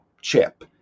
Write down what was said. chip